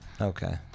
Okay